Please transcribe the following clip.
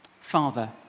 Father